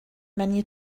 menu